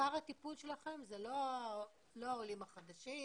עיקר הטיפול שלכם זה לא העולים החדשים